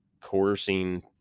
coercing